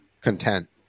content